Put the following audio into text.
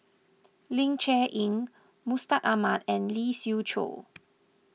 Ling Cher Eng Mustaq Ahmad and Lee Siew Choh